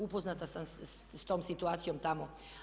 Upoznata sam sa tom situacijom tamo.